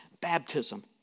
baptism